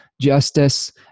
justice